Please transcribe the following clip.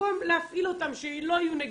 שבמקום להפעיל אותם, שלא יהיו נגישות.